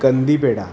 कंदीपेढा